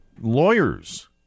lawyers